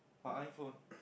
my iPhone